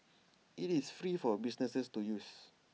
IT is free for businesses to use